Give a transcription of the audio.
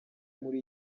muri